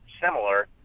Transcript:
similar